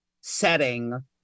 setting